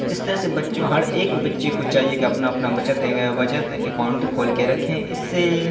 اس طرح سے بچوں ہر ایک بچے کو چاہیے کہ اپنا اپنا بچت بچت اکاؤنٹ کھول کے رکھیں اس سے